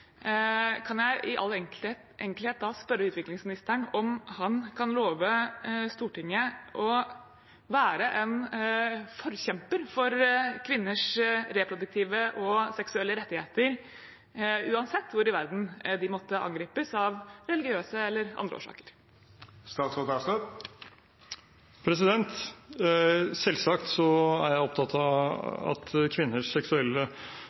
Kan jeg da i all enkelhet spørre ham om han kan love Stortinget å være en forkjemper for kvinners reproduktive og seksuelle rettigheter, uansett hvor i verden de måtte angripes av religiøse eller andre årsaker? Selvsagt er jeg opptatt av at kvinners seksuelle